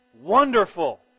wonderful